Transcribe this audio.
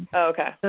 okay. and